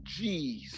Jeez